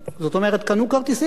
זאת אומרת קנו כרטיסים.